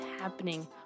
happening